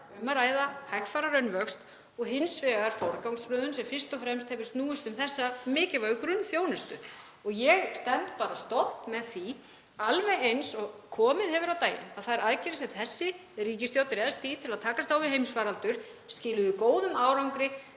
um að ræða hægfara raunvöxt og hins vegar forgangsröðun sem fyrst og fremst hefur snúist um þessa mikilvægu grunnþjónustu. Ég stend bara stolt með því, alveg eins og komið hefur á daginn, að þær aðgerðir sem þessi ríkisstjórn réðst í til að takast á við heimsfaraldur skiluðu góðum árangri